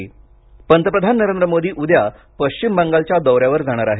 मोदी पराक्रम पंतप्रधान नरेंद्र मोदी उद्या पश्चिम बंगालच्या दौऱ्यावर जाणार आहेत